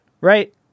Right